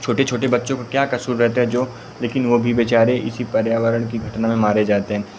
छोटे छोटे बच्चों का क्या कसूर रहता है जो लेकिन वे भी बेचारे इसी पर्यावरण की घटना में मारे जाते हैं